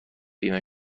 بیمه